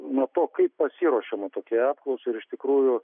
nuo to kaip pasiruošiama tokiai apklausai ir iš tikrųjų